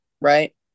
Right